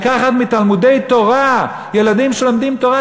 לקחת מתלמודי-תורה ילדים שלומדים תורה,